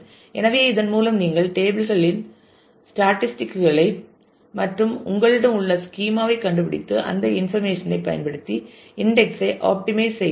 எனவே இதன் மூலம் நீங்கள் டேபிள் களின் ஸ்டேட்டிஸ்டிக் களை மற்றும் உங்களிடம் உள்ள ஸ்கீமா ஐ கண்டுபிடித்து அந்தத் இன்ஃபர்மேஷன் ஐ பயன்படுத்தி இன்டெக்ஸ் ஐ ஆப்டிமைஸ் செய்யலாம்